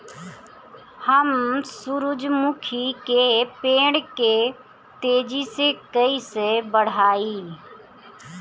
हम सुरुजमुखी के पेड़ के तेजी से कईसे बढ़ाई?